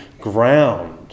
ground